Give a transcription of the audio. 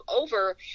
Over